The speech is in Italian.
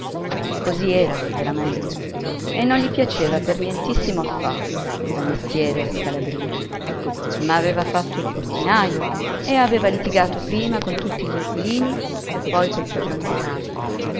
così era veramente e non gli piaceva per nientissimo affatto quel mestiere a scalabrino ma aveva fatto il portinajo e aveva litigato prima con tutti gl'inquilini e poi col padron di casa